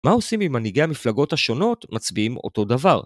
מה עושים אם מנהיגי המפלגות השונות מצביעים אותו דבר?